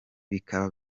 bikaba